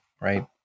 right